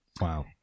wow